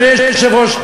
אדוני היושב-ראש,